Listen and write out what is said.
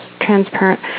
transparent